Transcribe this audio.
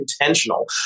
intentional